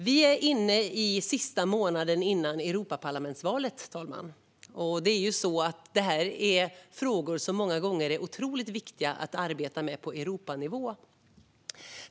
Vi är inne i den sista månaden före Europaparlamentsvalet, fru talman. Detta är frågor som många gånger är otroligt viktiga att arbeta med på Europanivå.